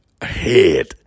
ahead